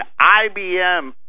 IBM